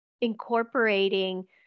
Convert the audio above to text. incorporating